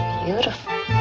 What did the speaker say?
beautiful